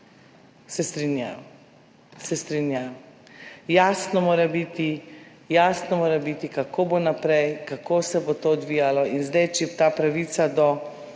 biti, jasno mora biti kako bo naprej, kako se bo to odvijalo in zdaj, če ta pravica do